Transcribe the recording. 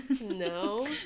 No